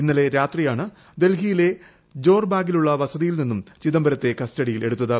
ഇന്നലെ രാത്രിയാണ് ഡൽഹിയിലെ ജോർബാഗിലുള്ള വസതിയിൽ നിന്ന് ചിദംബരത്തെ കസ്റ്റഡിയിലെടുത്തത്